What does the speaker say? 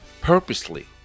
purposely